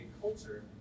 culture